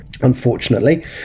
Unfortunately